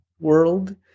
world